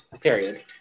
Period